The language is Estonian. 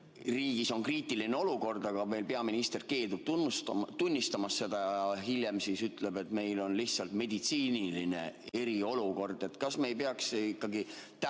riigis on kriitiline olukord, aga peaminister keeldub seda tunnistamast ja hiljem ütleb, et meil on lihtsalt meditsiiniline eriolukord? Kas me ei peaks ikkagi